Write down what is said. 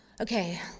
Okay